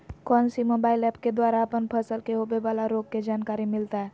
कौन सी mobile app के द्वारा अपन फसल के होबे बाला रोग के जानकारी मिलताय?